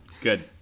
Good